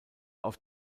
auf